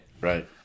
Right